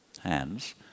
hands